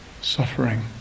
suffering